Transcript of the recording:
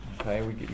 Okay